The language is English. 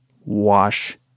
wash